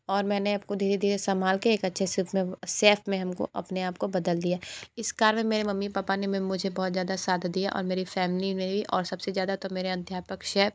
और मैंने आप को धीरे धीरे संभाल के एक अच्छे सिफ में सेफ में हम को अपने आप को बदल दिया इस कार्य में मेरे मम्मी पापा ने भी मुझे बहुत ज़्यादा साथ दिया और मेरी फैमिली ने भी और सब से ज़्यादा तो मेरे अध्यापक शेफ